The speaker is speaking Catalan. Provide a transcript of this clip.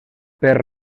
per